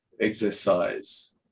exercise